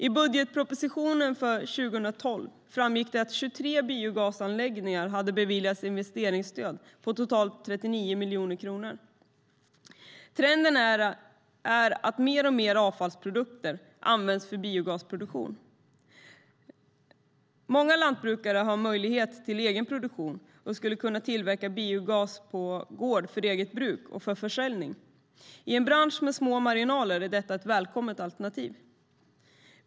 I budgetpropositionen för 2012 framgick att 23 biogasanläggningar hade beviljats investeringsstöd på totalt 39 miljoner kronor. Trenden är att alltmer avfallsprodukter används för biogasproduktion. Många lantbrukare har möjlighet till egen produktion och skulle kunna tillverka biogas på sina gårdar för eget bruk och för försäljning. I en bransch med små marginaler är detta ett välkommet alternativ.